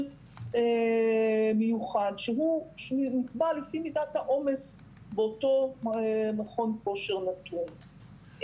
מיוחד שהוא נקבע לפי מידת העומס באותו מכון כושר נתון,